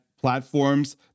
platforms